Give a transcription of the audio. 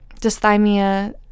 dysthymia